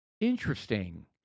Interesting